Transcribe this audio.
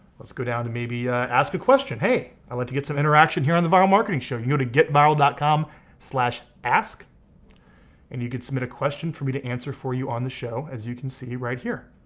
let's go down to maybe ask a question. hey, i'd like to get some interaction here on the vyral marketing show, you know, to get vyral dot come slash ask and you can submit a question for me to answer for you on the show as you can see right here.